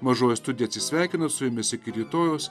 mažoji studija atsisveikina su jumis iki rytojaus